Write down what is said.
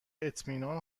اطمینان